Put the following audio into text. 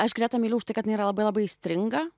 aš greta myliu už tai kad jinai yra labai labai aistringa